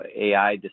AI